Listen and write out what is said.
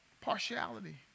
partiality